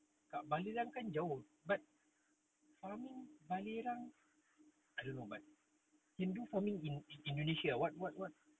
kat barelang kan jauh but farming barelang I don't know but can do farming in indonesia what what what